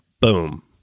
boom